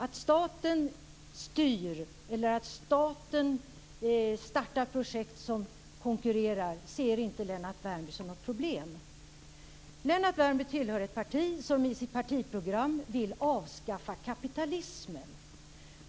Att staten styr eller att staten startar projekt som konkurrerar ser inte Lennart Värmby som något problem. Lennart Värmby tillhör ett parti som i sitt partiprogram vill avskaffa kapitalismen.